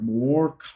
more